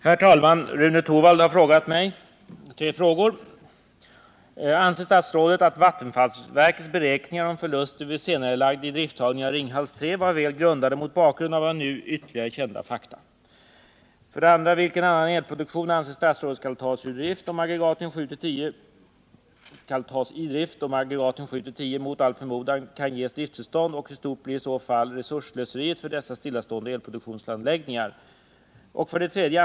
Herr talman! Rune Torwald har frågat mig: 1. Anser statsrådet, att vattenfallsverkets beräkningar av förluster vid senarelagd idrifttagning av Ringhals 3 var väl grundade mot bakgrund av nu ytterligare kända fakta? 2. Vilken annan elproduktion anser statsrådet skall tas ur drift, om aggregaten 7—-10 mot all förmodan kan ges drifttillstånd, och hur stort blir i så fall resursslöseriet för dessa stillastående elproduktionsanläggningar? 3.